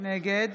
נגד